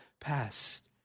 past